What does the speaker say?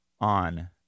on